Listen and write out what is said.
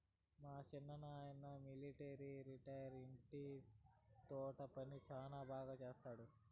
మా సిన్నాయన మిలట్రీ రిటైరైనా ఇంటి తోట పని శానా బాగా చేస్తండాడు